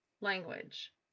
language